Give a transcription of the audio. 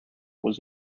was